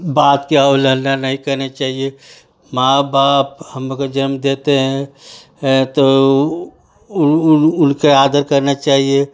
बात के उल्लंघन नहीं करने चाहिए माँ बाप हम अगर जन्म देते हैं है तो उनका आदर करना चाहिए